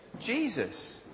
Jesus